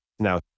Now